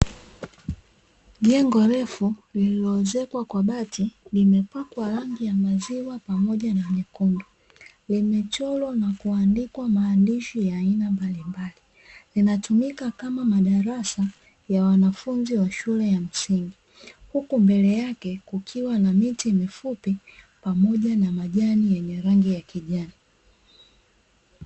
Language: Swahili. Jengo refu lililoezekwa kwa bati limepakwa rangi ya maziwa pamoja na nyekundu. Limechorwa na kuandika maandishi ya aina mbalimbali, linatumika kama madarasa ya wanafunzi wa shule ya msingi, huku mbele yake kukiwa na miti mifupi pamoja na majani yenye rangi ya kijani.